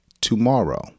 tomorrow